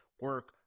Work